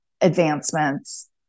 advancements